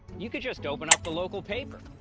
you could just open up the local paper.